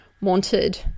wanted